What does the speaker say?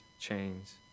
chains